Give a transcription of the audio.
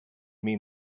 mean